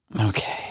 Okay